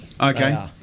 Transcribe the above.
Okay